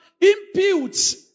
imputes